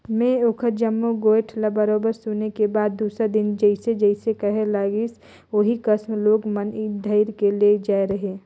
में ओखर जम्मो गोयठ ल बरोबर सुने के बाद दूसर दिन जइसे जइसे कहे लाइस ओही कस लोग मन ल धइर के ले जायें रहें